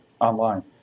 Online